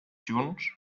junts